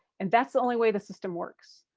and that's the only way the system works.